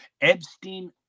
Epstein